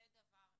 זה דבר אחד.